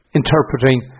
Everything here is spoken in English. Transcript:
interpreting